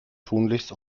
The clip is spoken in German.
tunlichst